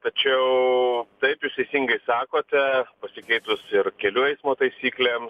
tačiau taip jūs teisingai sakote pasikeitus ir kelių eismo taisyklėms